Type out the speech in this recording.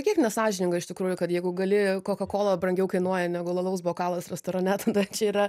kiek nesąžininga iš tikrųjų kad jeigu gali kokakolą brangiau kainuoja negu alaus bokalas restorane tada čia yra